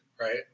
Right